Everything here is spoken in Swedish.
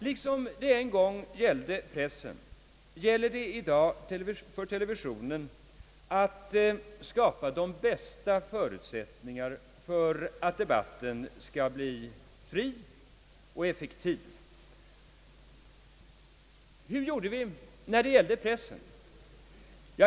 Liksom det en gång gällde för pressen gäller det sålunda i dag för televisionen att skapa de bästa förutsättningarna för att debatten skall bli fri och effektiv. Hur gjorde vi när det gällde pressen?